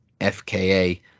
FKA